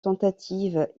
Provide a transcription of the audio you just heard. tentative